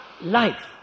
life